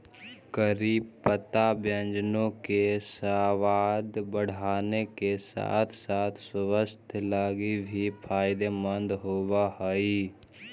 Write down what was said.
करी पत्ता व्यंजनों के सबाद बढ़ाबे के साथ साथ स्वास्थ्य लागी भी फायदेमंद होब हई